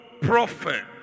prophet